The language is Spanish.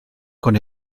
con